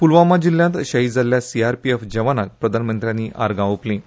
प्लवामा जिल्ल्यांत शहिद जाल्ल्या सीआरपीएफ जवानांक प्रधानमंत्र्यांनी आर्गां ओंपलीं